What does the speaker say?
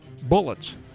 bullets